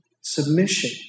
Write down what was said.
submission